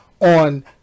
on